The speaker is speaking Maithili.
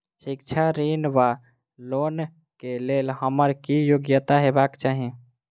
शिक्षा ऋण वा लोन केँ लेल हम्मर की योग्यता हेबाक चाहि?